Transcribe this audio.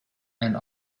and